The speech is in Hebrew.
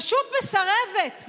פשוט מסרבת,